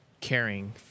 Caring